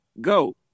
go